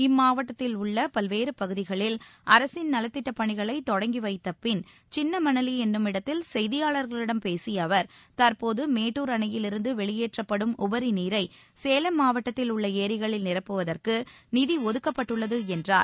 இம்மாவட்டத்தில் உள்ள பல்வேறு பகுதிகளில் அரசின் நலத்திட்டப் பணிகளை தொடங்கி வைத்தபின் சின்னமணலி என்னுமிடத்தில் செய்தியாளர்களிடம் பேசிய அவர் தற்போது மேட்டுர் அணையிலிருந்து வெளியேற்றப்படும் உபரி நீரை சேலம் மாவட்டத்தில் உள்ள ஏரிகளில் நிரப்புவதற்கு நிதி ஒதுக்கப்பட்டுள்ளது என்றார்